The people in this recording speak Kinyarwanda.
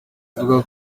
avuga